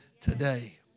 today